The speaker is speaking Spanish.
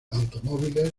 automóviles